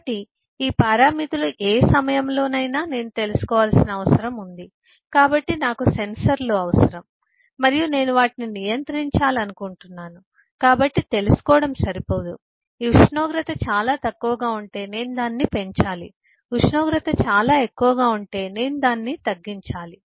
1 ఈ పారామితులు ఏ సమయంలోనైనా నేను తెలుసుకోవాల్సిన అవసరం ఉంది కాబట్టి నాకు సెన్సర్లు అవసరం మరియు నేను వాటిని నియంత్రించాలనుకుంటున్నాను కాబట్టి తెలుసుకోవడం సరిపోదు ఈ ఉష్ణోగ్రత చాలా తక్కువగా ఉంటే నేను దానిని పెంచాలి ఉష్ణోగ్రత చాలా ఎక్కువగా ఉంటే నేను దానిని తగ్గించాలి